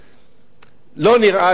לא נראה לי,